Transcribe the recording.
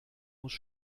muss